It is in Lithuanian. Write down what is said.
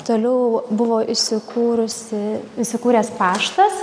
toliau buvo įsikūrusi įsikūręs paštas